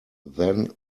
then